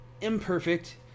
imperfect